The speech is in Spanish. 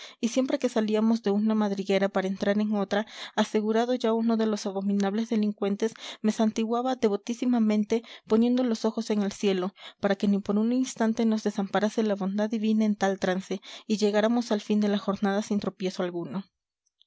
y siempre que salíamos de una madriguera para entrar en otra asegurado ya uno de los abominables delincuentes me santiguaba devotísimamente poniendo los ojos en el cielo para que ni por un instante nos desamparase la bondad divina en tal trance y llegáramos al fin de la jornada sin tropiezo alguno